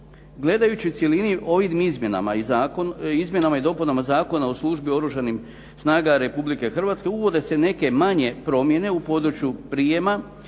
Gledajući u cjelini, ovim izmjenama i dopunama Zakona o službi u Oružanim snagama Republike Hrvatske uvode se neke manje promjene u području prijema